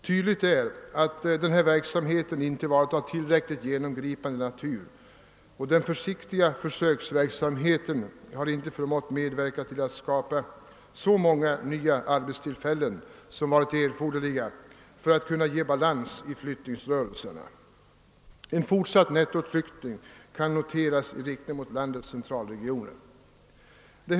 Tydligt är att denna verksamhet inte varit av tillräckligt genomgripande natur, och den försiktiga försöksverksamheten har inte förmått medverka till att skapa så många nya arbetstillfällen som behövs för att få balans i flyttningsrörelserna. En fortsatt nettoutflyttning i riktning mot landets centralregioner kan noteras.